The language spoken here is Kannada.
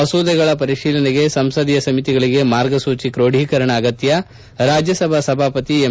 ಮಸೂದೆಗಳ ಪರಿಶೀಲನೆಗೆ ಸಂಸದೀಯ ಸಮಿತಿಗಳಿಗೆ ಮಾರ್ಗಸೂಚಿ ಕ್ರೋಢೀಕರಣ ಅಗತ್ಯ ರಾಜ್ಯಸಭಾ ಸಭಾಪತಿ ಎಂ